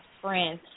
friends